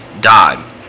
died